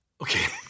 Okay